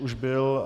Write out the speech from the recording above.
Už byl.